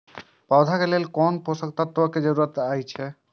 पौधा के लेल कोन कोन पोषक तत्व के जरूरत अइछ?